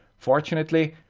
fortunately,